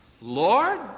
Lord